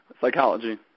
psychology